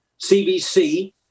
CBC